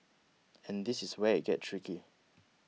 and this is where it gets tricky